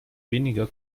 weniger